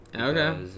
Okay